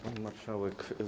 Pani Marszałek!